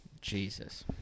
Jesus